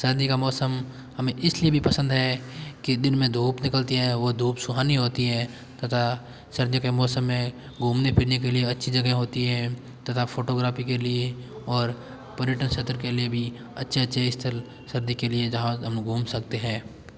सर्दी का मौसम हमें इसलिए भी पसंद है कि दिन में धूप निकलती है वो धूप सुहानी होती है तथा सर्दियों के मौसम में घूमने फिरने के लिए अच्छी जगह होती है तथा फ़ोटोग्राफी के लिए और पर्यटक क्षेत्र के लिए भी अच्छे अच्छे स्थल सर्दी के लिए जहाँ हम घूम सकते हैं